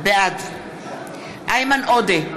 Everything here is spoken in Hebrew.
בעד איימן עודה,